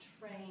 train